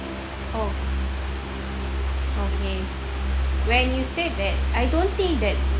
oh okay when you said that I don't think that